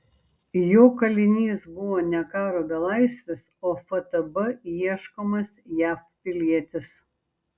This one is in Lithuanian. jo kalinys buvo ne karo belaisvis o ftb ieškomas jav pilietis